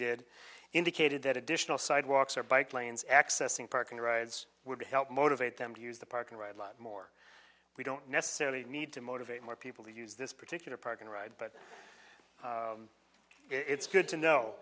did indicated that additional sidewalks or bike lanes accessing parking the rides would help motivate them to use the park and ride lot more we don't necessarily need to motivate more people to use this particular park and ride but it's good to know